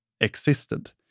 existed